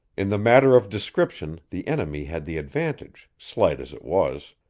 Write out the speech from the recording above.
in the matter of description the enemy had the advantage, slight as it was.